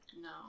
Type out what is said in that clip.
No